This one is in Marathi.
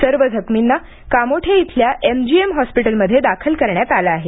सर्व जखमींना कामोठे इथल्या एमजीएम हॉस्पिटलमध्ये दाखल करण्यात आलं आहे